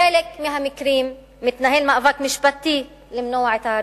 בחלק מהמקרים מתנהל מאבק משפטי למנוע את ההריסה,